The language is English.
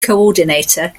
coordinator